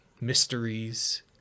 mysteries